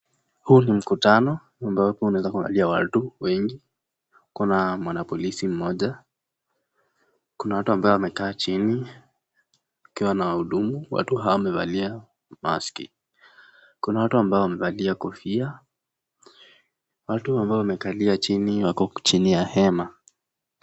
Huu ni mkutano ambapo unaeza kuangalia watu wengi. Kuna mwana polisi mmoja. Kuna watu ambao wamekaa chini wakiwa wanawahudumu, watu hao wamevalia mask . Kuna watu ambao wamevalia kofia. Watu ambao wamekalia chini wako chini ya hema.